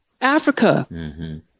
Africa